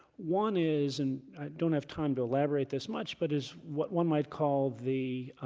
one is, and i don't have time to elaborate this much, but is what one might call the